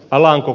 alanko